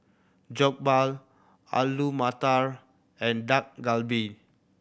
Jokbal Alu Matar and Dak Galbi